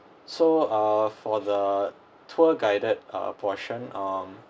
so uh for the tour guided uh portion um